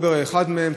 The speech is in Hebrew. "אובר" זה אחד מהם,